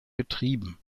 getrieben